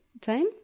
time